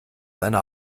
eine